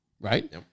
Right